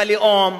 בלאום,